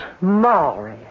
Maury